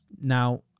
Now